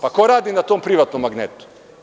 Pa, ko radi na tom privatnom magnetu?